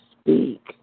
speak